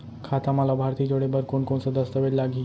खाता म लाभार्थी जोड़े बर कोन कोन स दस्तावेज लागही?